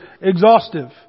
exhaustive